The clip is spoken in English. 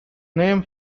name